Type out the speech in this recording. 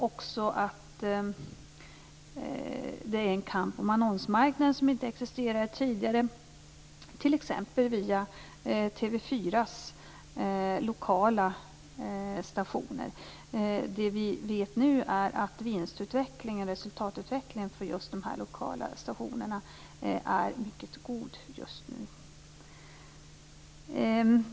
Vidare är det en kamp om annonsmarknaden, något som inte existerade tidigare, t.ex. via lokala stationer hos TV 4. Vad vi nu vet är att vinstutvecklingen/resultatutvecklingen för de här lokala stationerna just nu är mycket god.